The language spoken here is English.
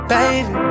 Baby